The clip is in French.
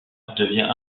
devient